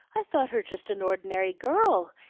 i thought her just an ordinary girl,